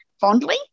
Fondly